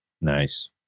Nice